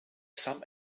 some